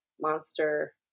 monster